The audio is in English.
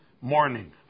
morning